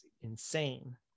insane